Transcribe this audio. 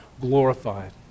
glorified